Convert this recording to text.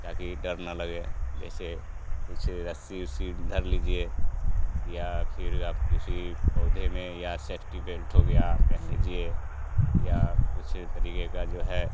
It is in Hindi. ताकि डर न लगे जैसे कुछ रस्सी ओस्सी धर लीजिए या फिर आप किसी पौधे में या सेफ़्टी बेल्ट हो गया आप पहन लीजिए या कुछ तरीके का जो है